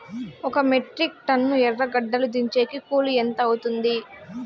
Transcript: ఒక metric tonne ఎర్రగడ్డలు దించేకి కూలి ఎంత అవుతుంది?